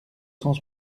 cent